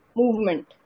movement